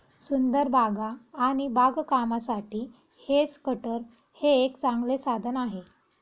सुंदर बागा आणि बागकामासाठी हेज कटर हे एक चांगले साधन आहे